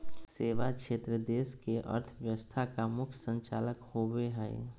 सेवा क्षेत्र देश के अर्थव्यवस्था का मुख्य संचालक होवे हइ